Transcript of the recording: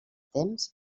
temps